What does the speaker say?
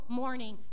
morning